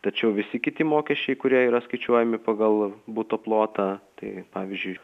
tačiau visi kiti mokesčiai kurie yra skaičiuojami pagal buto plotą tai pavyzdžiui